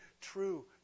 true